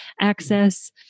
access